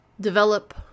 develop